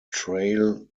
trail